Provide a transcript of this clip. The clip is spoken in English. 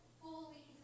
fully